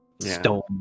stone